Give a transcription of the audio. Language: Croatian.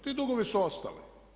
Ti dugovi su ostali.